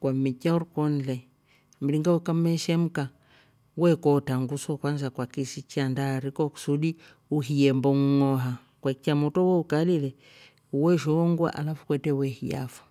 kwammechiya oh rikoni le mringa ukamme shemka we kootra ngu so kwansa kwakishichya ndaariko ksudi uhiye mbong'oha kwaichya motro wo ukali le weshoongua alafu kwetre wehiya fo,